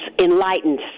enlightened